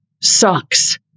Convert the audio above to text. sucks